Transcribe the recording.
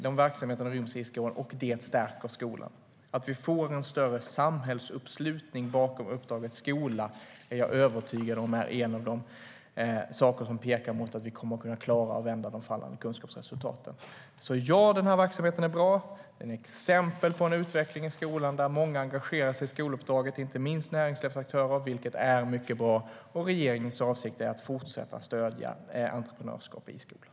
De verksamheterna ryms i skolan, och det stärker skolan. Vi får en större samhällsuppslutning bakom uppdraget skola, och jag är övertygad om att det är en av de saker som pekar mot att vi kommer att kunna klara att vända de fallande kunskapsresultaten. Ja, verksamheten är bra. Den är exempel på en utveckling i skolan där många engagerar sig i skoluppdraget, inte minst näringslivsaktörer, vilket är mycket bra. Regeringens avsikt är att fortsätta att stödja entreprenörskap i skolan.